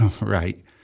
right